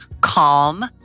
calm